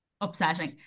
upsetting